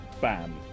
bam